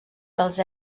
dels